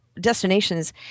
destinations